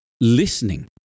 listening